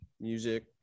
music